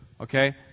okay